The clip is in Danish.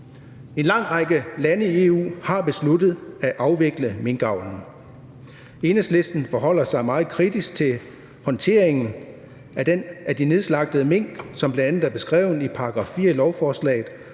En lang række lande i EU har besluttet at afvikle minkavlen. Enhedslisten forholder sig meget kritisk til håndteringen af de nedslagtede mink, som bl.a. er beskrevet i § 4 i lovforslaget,